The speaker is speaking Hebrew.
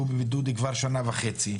שהוא בבידוד כבר שנה וחצי,